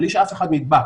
בלי שאף אחד נדבק,